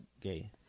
gay